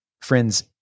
friends